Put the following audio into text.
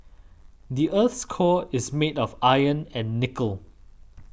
the earth's core is made of iron and nickel